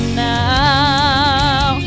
now